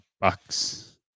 bucks